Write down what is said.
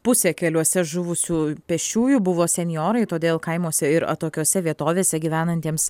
pusė keliuose žuvusių pėsčiųjų buvo senjorai todėl kaimuose ir atokiose vietovėse gyvenantiems